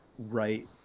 right